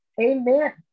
Amen